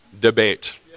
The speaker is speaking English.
Debate